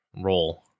roll